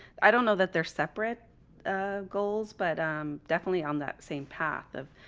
i don't know that they're separate goals but i'm definitely on that same path of,